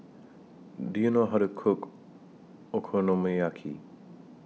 Do YOU know How to Cook Okonomiyaki